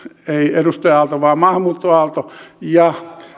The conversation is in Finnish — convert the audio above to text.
edustaja aalto vaan maahanmuuttoaalto ja